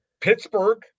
Pittsburgh